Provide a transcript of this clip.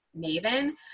Maven